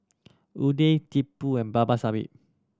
Udai Tipu and Babasaheb